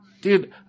dude